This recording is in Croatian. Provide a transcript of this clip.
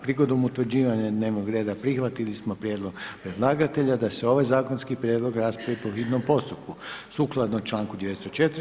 Prigodom utvrđivanja dnevnog reda prihvatili smo prijedlog predlagatelja da se ovaj zakonski prijedlog raspravi po hitnom postupku, sukladno članku 204.